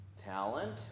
talent